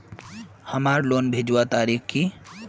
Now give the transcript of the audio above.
हमार लोन भेजुआ तारीख की?